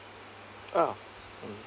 oh mm